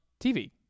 TV